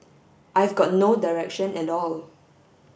I've got no direction at all